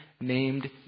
named